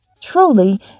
truly